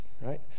right